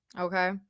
okay